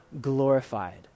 glorified